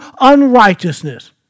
unrighteousness